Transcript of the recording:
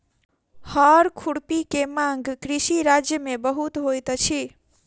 हअर खुरपी के मांग कृषि राज्य में बहुत होइत अछि